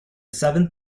seventh